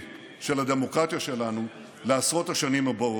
של הדמוקרטיה שלנו לעשרות השנים הבאות.